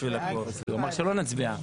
הוא אמר שלא נצביע.